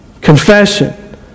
Confession